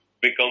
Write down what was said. become